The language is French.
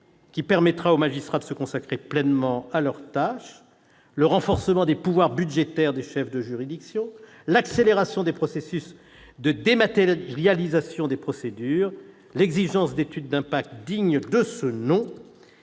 juge permettra aux magistrats de se consacrer pleinement à leurs tâches. Je cite encore le renforcement des pouvoirs budgétaires des chefs de juridiction, l'accélération des processus de dématérialisation des procédures, l'exigence d'études d'impact dignes de ce nom